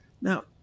Now